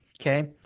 okay